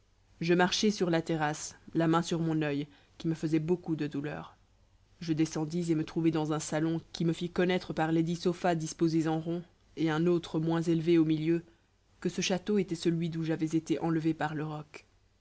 je marchai sur la terrasse la main sur mon oeil qui me faisait beaucoup de douleur je descendis et me trouvai dans un salon qui me fit connaître par les dix sofas disposés en rond et un autre moins élevé au milieu que ce château était celui d'où j'avais été enlevé par le roc